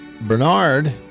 Bernard